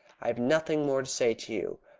i have nothing more to say to you.